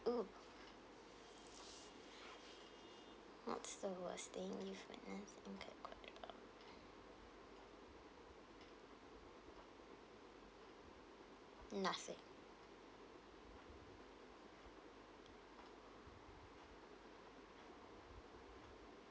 oo what's the worst thing you've witnessed and kept quiet about nothing